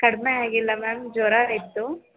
ಕಡಿಮೆ ಆಗಿಲ್ಲ ಮ್ಯಾಮ್ ಜ್ವರ ಇತ್ತು